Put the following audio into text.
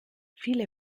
viele